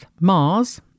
Mars